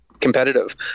competitive